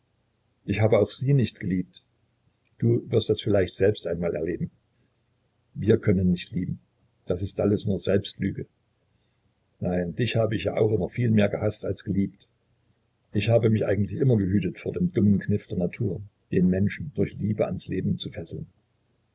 ich habe auch sie nicht geliebt du wirst das vielleicht selbst einmal erleben wir können nicht lieben das ist alles nur selbstlüge nein dich hab ich ja auch immer viel mehr gehaßt als geliebt ich habe mich eigentlich immer gehütet vor dem dummen kniff der natur den menschen durch liebe ans leben zu fesseln